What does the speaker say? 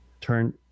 turn